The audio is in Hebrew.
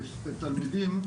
אלף תלמידים,